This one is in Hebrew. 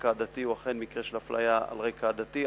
רקע עדתי הוא אכן מקרה של אפליה על רקע עדתי.